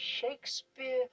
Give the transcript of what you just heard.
Shakespeare